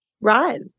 Right